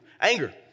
Anger